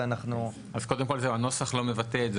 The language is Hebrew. אז הנוסח לא מבטא את זה,